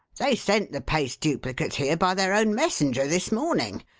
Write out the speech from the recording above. they sent the paste duplicates here by their own messenger this morning!